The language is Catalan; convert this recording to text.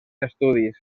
estudis